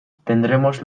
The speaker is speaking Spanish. tendremos